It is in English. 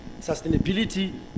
Sustainability